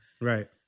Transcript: Right